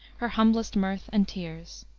her humblest mirth and tears.